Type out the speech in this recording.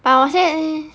but 我先